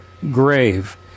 grave